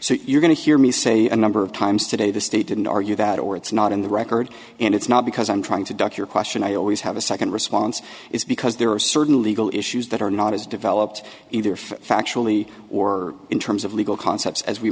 so you're going to hear me say a number of times today the state didn't argue that or it's not in the record and it's not because i'm trying to duck your question i always have a second response is because there are certain legal issues that are not as developed either factually or in terms of legal concepts as we